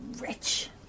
rich